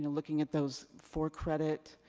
looking at those for-credit,